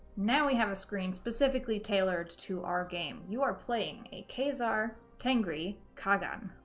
now we have a screen specifically tailored to our game. you are playing a khazar tengri qaghan!